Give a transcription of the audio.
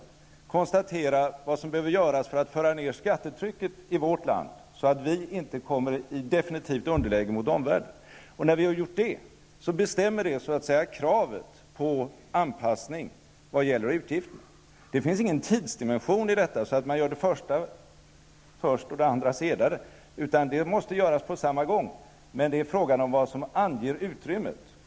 Vi måste konstatera vad som behöver göras för att vi skall kunna få ned skattetrycket i vårt land, så att vi inte kommer i ett definitivt underläge gentemot omvärlden. När vi har gjort det bestämmer det så att säga kravet på anpassning vad gäller utgifterna. Det finns ingen tidsdimension i detta -- dvs. att man skulle göra det första först och det andra senare --, utan det här måste göras på samma gång. Det är fråga om vad som anger utrymmet.